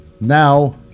Now